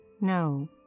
No